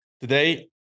today